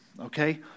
okay